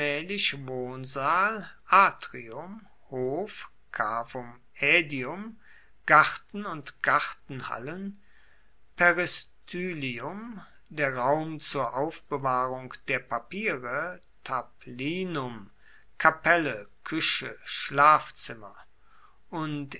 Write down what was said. garten und gartenhallen peristylium der raum zur aufbewahrung der papiere tablinum kapelle kueche schlafzimmer und